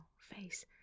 face